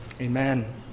amen